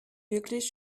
wirklich